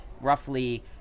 roughly